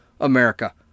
America